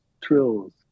trills